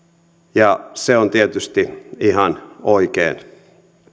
ja se on tietysti ihan oikein